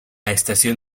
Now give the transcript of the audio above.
estación